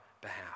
behalf